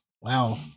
Wow